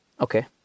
Okay